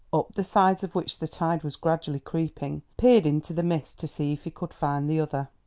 up the sides of which the tide was gradually creeping, peered into the mist to see if he could find the other.